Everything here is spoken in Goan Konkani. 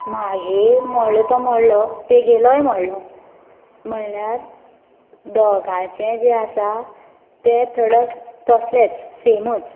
म्हागे मोडलो तो मोडलो तेगेलोय मोडलो म्हळ्यार दोगाचेंय जें आसा तें प्रोडक्ट तसलेच सेमूच